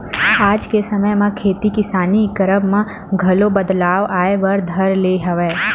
आज के समे म खेती किसानी करब म घलो बदलाव आय बर धर ले हवय